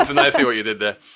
ah and i see what you did there.